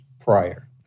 prior